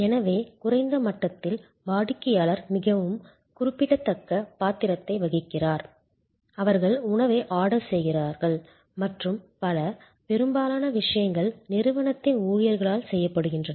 எனவே குறைந்த மட்டத்தில் வாடிக்கையாளர் மிகவும் குறிப்பிடத்தக்க பாத்திரத்தை வகிக்கிறார் அவர்கள் உணவை ஆர்டர் செய்கிறார்கள் மற்றும் பல பெரும்பாலான விஷயங்கள் நிறுவனத்தின் ஊழியர்களால் செய்யப்படுகின்றன